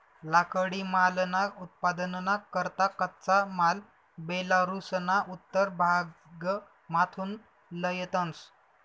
लाकडीमालना उत्पादनना करता कच्चा माल बेलारुसना उत्तर भागमाथून लयतंस